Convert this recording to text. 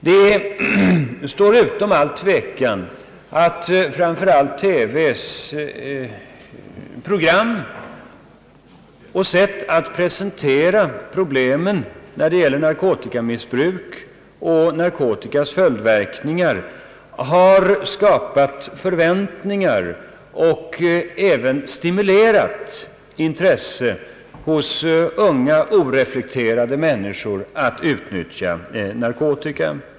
Det står utom allt tvivel att framför allt TV:s program och dess sätt att presentera problemen kring narkotikamissbruk och följdverkningarna därav har skapat förväntningar och även stimulerat intresset hos unga oreflekterande människor att utnyttja olika preparat.